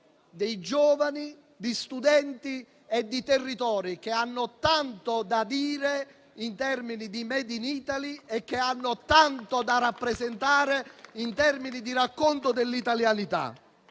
di giovani, di studenti e di territori che hanno tanto da dire in termini di *made in Italy* e che hanno tanto da rappresentare in termini di racconto dell'italianità.